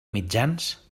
mitjans